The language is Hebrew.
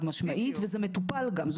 חד משמעית, וזה מטופל גם.